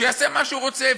שיעשה מה שהוא רוצה.